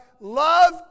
love